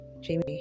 Jamie